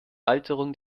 alterung